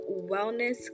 wellness